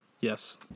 Yes